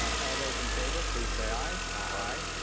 all those in favor, please say aye. aye.